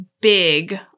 big